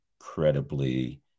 incredibly